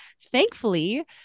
Thankfully